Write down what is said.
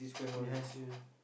we has you